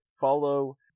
Follow